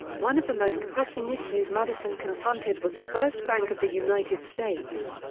one of the most pressing issues madison confronted was the first bank of the united states.